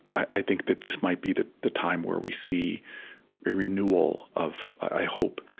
i think that this might be the the time where we see a renewal of, i hope,